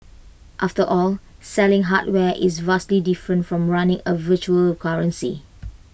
after all selling hardware is vastly different from running A virtual currency